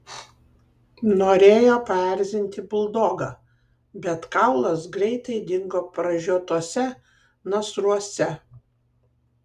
norėjo paerzinti buldogą bet kaulas greitai dingo pražiotuose nasruose